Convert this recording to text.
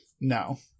no